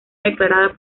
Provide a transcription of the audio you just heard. declarada